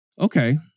Okay